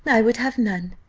i would have none.